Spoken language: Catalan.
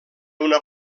una